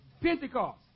Pentecost